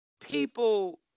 people